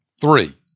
Three